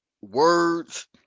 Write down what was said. words